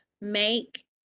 make